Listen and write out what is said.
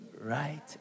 right